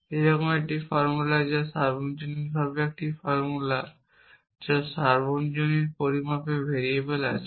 এইরকম একটি ফর্মুলা একটি সার্বজনীনভাবে একটি ফর্মুলা যার একটি সার্বজনীন পরিমাণে ভেরিয়েবল আছে